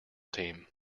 team